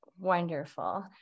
Wonderful